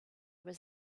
was